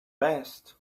best